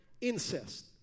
Incest